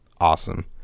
awesome